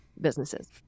businesses